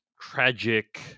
tragic